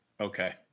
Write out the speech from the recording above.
Okay